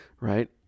right